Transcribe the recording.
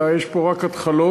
אלא יש פה רק התחלות.